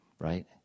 right